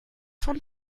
von